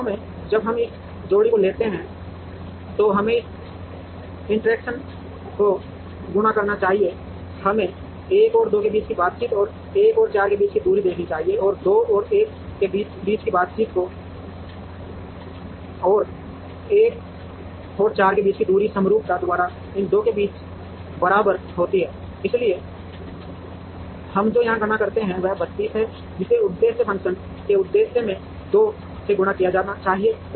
वास्तव में जब हम इस जोड़ी को लेते हैं तो हमें इस इंटरैक्शन को गुणा करना चाहिए हमें 1 और 2 के बीच की बातचीत और 1 और 4 के बीच की दूरी को देखना चाहिए और 2 और 1 के बीच की बातचीत और 4 और 1 के बीच की दूरी समरूपता द्वारा इन 2 के बीच बराबर होती है इसलिए हम जो यहां गणना करते हैं वह 32 है जिसे उद्देश्य फ़ंक्शन के उद्देश्य से 2 से गुणा किया जाना चाहिए